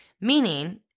meaning